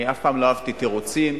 אני אף פעם לא אהבתי תירוצים.